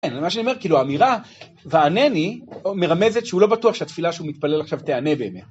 מה שאני אומר כאילו האמירה וענני מרמזת שהוא לא בטוח שהתפילה שהוא מתפלל עכשיו תיענה באמת.